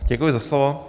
Děkuji za slovo.